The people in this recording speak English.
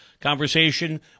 conversation